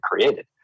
created